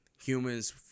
humans